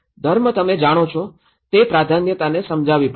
ધર્મ તમે જાણો છો તે પ્રાધાન્યતાને સમજવી પડશે